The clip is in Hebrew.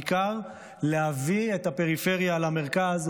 ובעיקר להביא את הפריפריה למרכז,